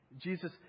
Jesus